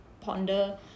ponder